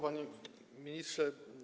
Panie Ministrze!